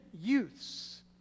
youths